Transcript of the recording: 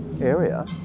area